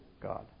God